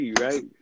right